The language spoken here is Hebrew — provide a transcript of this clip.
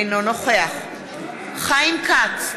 אינו נוכח חיים כץ,